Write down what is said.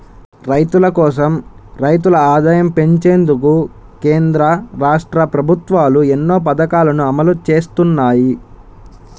రైతుల కోసం, రైతుల ఆదాయం పెంచేందుకు కేంద్ర, రాష్ట్ర ప్రభుత్వాలు ఎన్నో పథకాలను అమలు చేస్తున్నాయి